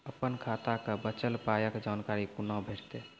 अपन खाताक बचल पायक जानकारी कूना भेटतै?